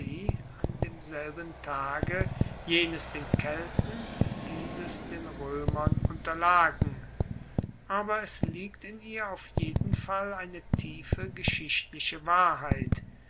an demselben tage jenes den kelten dieses den roemern unterlagen aber es liegt in ihr auf jeden fall eine tiefe geschichtliche wahrheit